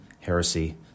heresy